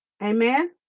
Amen